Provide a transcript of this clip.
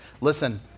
listen